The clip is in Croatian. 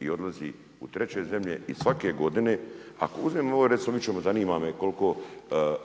I odlazi u treće zemlje i svake godine…/Govornik se ne razumije./…zanima me koliko